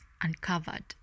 uncovered